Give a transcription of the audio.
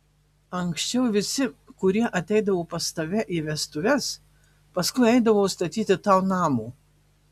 anksčiau visi kurie ateidavo pas tave į vestuves paskui eidavo statyti tau namo